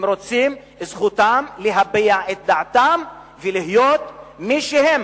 הם רוצים את זכותם להביע את דעתם ולהיות מי שהם,